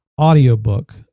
audiobook